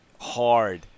hard